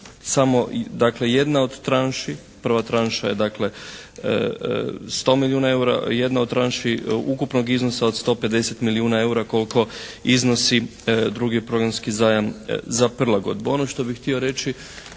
dakle jedna od tranši, prva tranša je 100 milijuna eura vrijedna u tranši ukupnog iznosa od 150 milijuna eura koliko iznosi drugi programski zajam za prilagodbu. Ono što bih htio reći